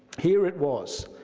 here it was,